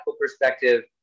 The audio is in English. perspective